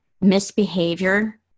misbehavior